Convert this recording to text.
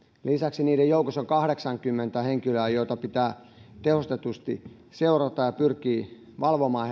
lisäksi heidän joukossaan on kahdeksankymmentä henkilöä joita pitää tehostetusti seurata ja pyrkiä valvomaan